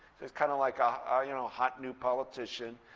he's kind of like a ah you know hot, new politician.